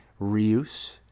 reuse